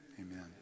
amen